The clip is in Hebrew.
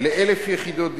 ל-1,000 יחידות דיור.